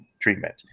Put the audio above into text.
treatment